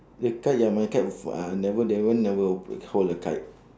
the kite ya my kite f~ uh never that one never open hold the kite